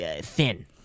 thin